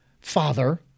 father